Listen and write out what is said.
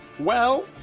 well,